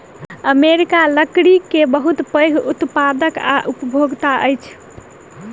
America लकड़ी के बहुत पैघ उत्पादक आ उपभोगता अछि